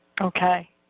Okay